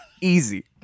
Easy